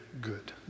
good